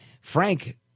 Frank